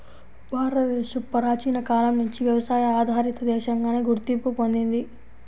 భారతదేశం ప్రాచీన కాలం నుంచి వ్యవసాయ ఆధారిత దేశంగానే గుర్తింపు పొందింది